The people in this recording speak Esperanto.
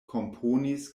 komponis